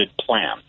plan